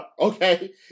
Okay